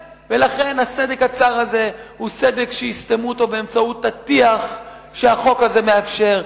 הסדק הצר הזה הוא סדק שיסתמו אותו באמצעות הטיח שהחוק הזה מאפשר.